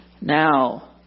Now